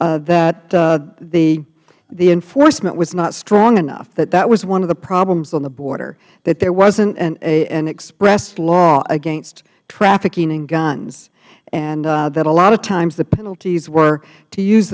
testified that the enforcement was not strong enough that that was one of the problems on the border that there wasn't an express law against trafficking in guns and that a lot of times the penalties were to use